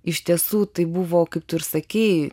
iš tiesų tai buvo kaip tu ir sakei